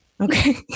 Okay